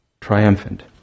triumphant